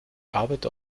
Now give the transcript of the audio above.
arbeiter